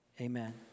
Amen